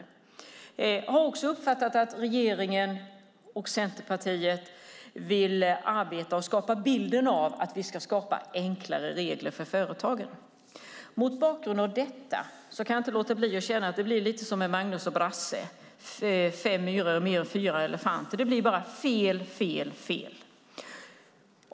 Jag har också uppfattat att regeringen och Centerpartiet vill arbeta för att skapa enklare regler för företagen. Mot bakgrund av det kan jag inte låta bli att känna att det blir lite som med Magnus och Brasse i Fem myror är fler än fyra elefanter . Det blir bara fel, fel, fel.